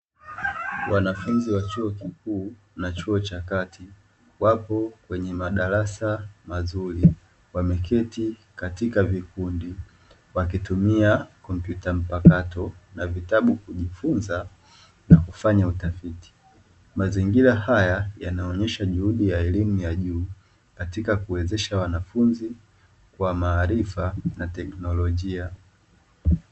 Wanafunzi wa chuo kikuu na chuo cha kati wapo kwenye madarasa mazuri wameketi katika vikundi wakitumia kompyuta mpakato na vitabu kujifunza na kufanya utafiti. Mazingira haya yanaonesha juhudi ya elimu ya juu katika kuwezesha wanafunzi kwa maarifa na teknolojia.